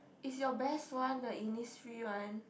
is your best one the Innisfree one